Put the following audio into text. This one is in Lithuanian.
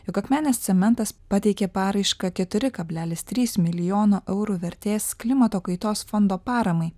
jog akmenės cementas pateikė paraišką keturi kablelis trys milijono eurų vertės klimato kaitos fondo paramai